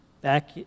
back